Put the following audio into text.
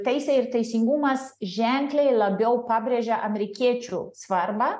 teisė ir teisingumas ženkliai labiau pabrėžė amerikiečių svarbą